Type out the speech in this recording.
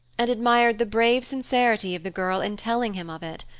and admired the brave sincerity of the girl in telling him of it.